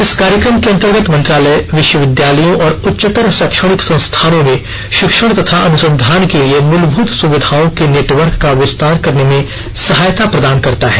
इस कार्यक्रम के अंतर्गत मंत्रालय विश्वविद्यालयों और उच्चतर शैक्षणिक संस्थानों में शिक्षण तथा अनुसंधान के लिए मुलभूत सुविधाओं के नेटवर्क का विस्तार करने में सहायता प्रदान करता है